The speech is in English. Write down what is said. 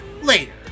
later